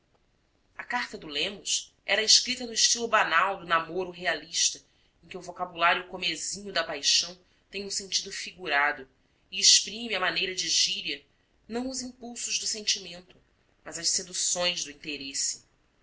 a carta do lemos era escrita no estilo banal do namoro realista em que o vocabulário comezinho da paixão tem um sentido figurado e exprime à maneira de gíria não os impulsos do sentimento mas as seduções do interesse